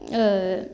ओ